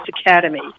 academy